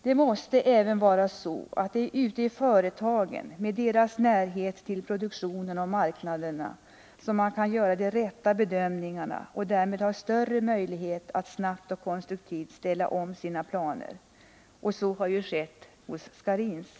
Det måste även vara så att det är ute i företagen med deras närhet till produktionen och marknaderna som man kan göra de rätta bedömningarna och därmed har större möjlighet att snabbt och konstruktivt ställa om sina planer. Så har ju skett hos Scharins.